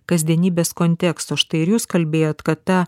kasdienybės konteksto štai ir jūs kalbėjot kad ta